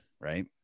right